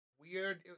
weird